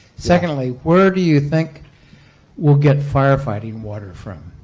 secondly, where do you think we'll get firefighting water from?